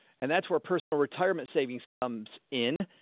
and that's where personal retirement savings comes in.